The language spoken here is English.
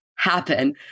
happen